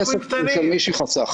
הכסף הוא של מי שחסך.